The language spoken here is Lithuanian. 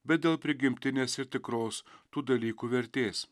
bet dėl prigimtinės ir tikros tų dalykų vertės